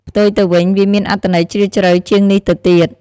ផ្ទុយទៅវិញ វាមានអត្ថន័យជ្រាលជ្រៅជាងនេះទៅទៀត។